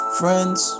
friends